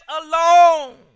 alone